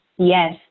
Yes